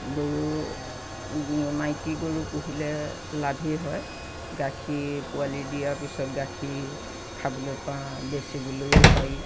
গৰু মাইকী গৰু পুহিলে লাভেই হয় গাখীৰ পোৱালী দিয়া পিছত গাখীৰ খাবলৈ পাওঁ বেচিবলৈও পাৰি